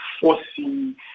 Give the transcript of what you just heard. forcing